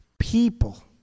people